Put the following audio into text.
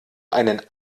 einen